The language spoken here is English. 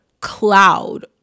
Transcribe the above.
cloud